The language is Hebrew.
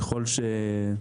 כמו שגם אמרת,